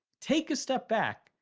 take a step back,